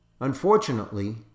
Unfortunately